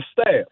staff